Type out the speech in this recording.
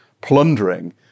plundering